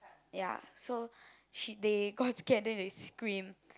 ya so she they got scared then they scream